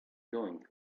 going